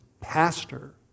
pastor